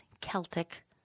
Celtic